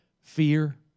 fear